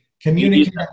communicate